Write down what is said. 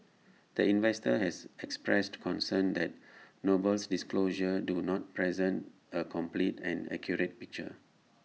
the investor has expressed concerns that Noble's disclosures do not present A complete and accurate picture